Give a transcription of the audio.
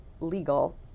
legal